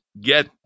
get